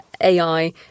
AI